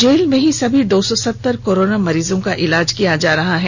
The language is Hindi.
जेल में ही सभी दो सौ सत्तर कोरोना मरीजों का इलाज किया जा रहा है